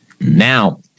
Now